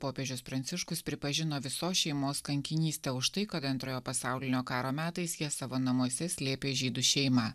popiežius pranciškus pripažino visos šeimos kankinystę už tai kad antrojo pasaulinio karo metais jie savo namuose slėpė žydų šeimą